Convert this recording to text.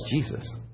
Jesus